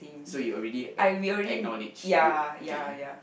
so you already ack~ acknowledge you okay